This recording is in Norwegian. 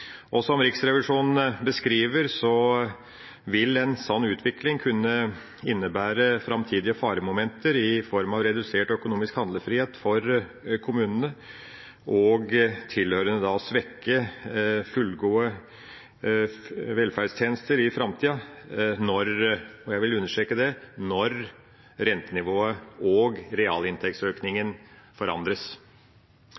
Som Riksrevisjonen beskriver, vil en sånn utvikling kunne innebære framtidige faremomenter i form av redusert økonomisk handlefrihet for kommunene og tilsvarende da svekke fullgode velferdstjenester i framtida når – og jeg vil understreke det – rentenivået og realinntektsøkningen forandres.